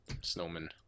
Snowman